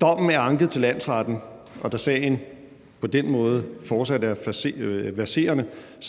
Dommen er anket til landsretten, og da sagen på den måde fortsat er verserende,